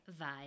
vibe